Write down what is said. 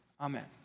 Amen